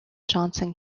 johnson